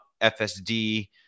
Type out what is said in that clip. FSD